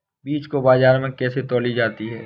बीज को बाजार में कैसे तौली जाती है?